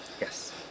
Yes